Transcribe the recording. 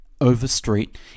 Overstreet